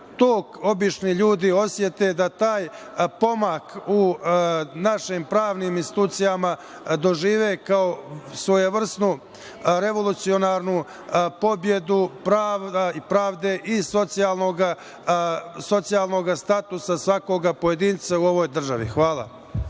obični ljudi osete da taj pomak u našem pravnim institucijama dožive kao svojevrsnu revolucionarnu pobedu pravde i socijalnog statusa svakog pojedinca u ovoj državi. Hvala.